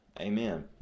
Amen